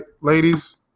ladies